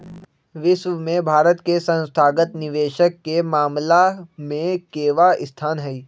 विश्व में भारत के संस्थागत निवेशक के मामला में केवाँ स्थान हई?